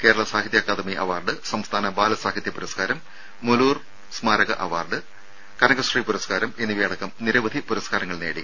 Kerala Sahitya Akademi award സംസ്ഥാന ബാലസാഹിത്യ പുരസ്കാരം മുലൂർ സ്മാരക അവാർഡ് കനകശ്രീ പുരസ്കാരം എന്നിവയടക്കം നിരവധി പുരസ്കാരങ്ങൾ നേടി